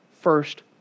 first